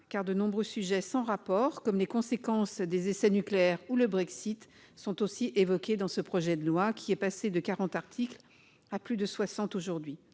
car de nombreux sujets sans rapport, comme les conséquences des essais nucléaires ou le Brexit, sont aussi évoqués dans ce projet de loi qui est passé de quarante articles à plus de soixante aujourd'hui.